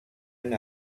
and